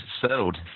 settled